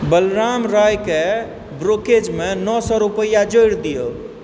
बलराम रॉयकेँ ब्रोक्रेज मे नओ सए रूपैआ जोड़ि दियौ